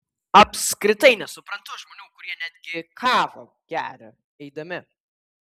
apskritai nesuprantu žmonių kurie netgi kavą geria eidami